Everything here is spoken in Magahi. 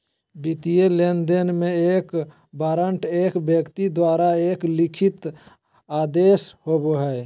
वित्तीय लेनदेन में, एक वारंट एक व्यक्ति द्वारा एक लिखित आदेश होबो हइ